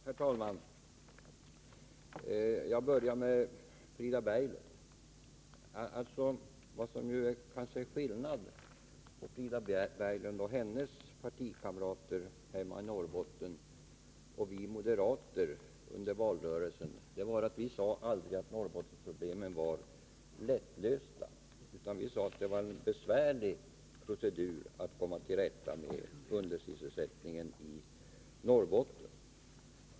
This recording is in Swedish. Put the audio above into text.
Herr talman! Jag börjar med att vända mig till Frida Berglund. Skillnaden mellan Frida Berglund jämte hennes partikamrater hemma i Norrbotten och oss moderater under valrörelsen var att vi aldrig sade att Norrbottens problem var lättlösta. Vi sade att det var en besvärlig procedur att komma till rätta med undersysselsättningen i Norrbotten.